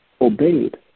obeyed